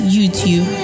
YouTube